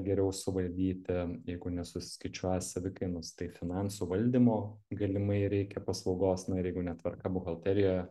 geriau suvaldyti jeigu nesusiskaičiuoja savikainos tai finansų valdymo galimai reikia paslaugos na ir jeigu netvarka buhalterijoje